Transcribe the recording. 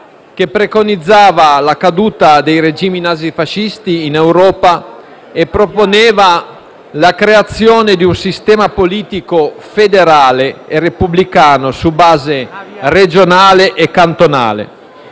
che preconizzava la caduta dei regimi nazifascisti in Europa e proponeva la creazione di un sistema politico federale e repubblicano su base regionale e cantonale,